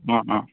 অঁ অঁ